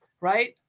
Right